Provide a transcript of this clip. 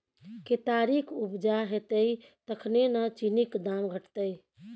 केतारीक उपजा हेतै तखने न चीनीक दाम घटतै